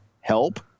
Help